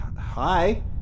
Hi